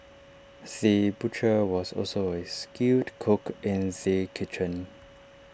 the butcher was also A skilled cook in the kitchen